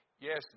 yes